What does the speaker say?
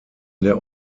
der